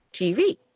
TV